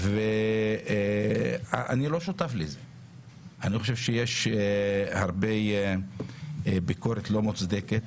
אני חושב שיש הרבה ביקורת לא מוצדקת.